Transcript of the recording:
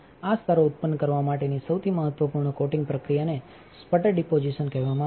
આ સ્તરો ઉત્પન્ન કરવા માટેની સૌથી મહત્વપૂર્ણ કોટિંગ પ્રક્રિયાને સ્પટર ડિપોઝિશન કહેવામાં આવે છે